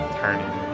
turning